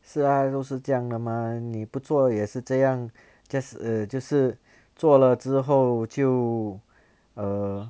是啊都是这样的吗你不做也是这样 just 就是做了之后就 err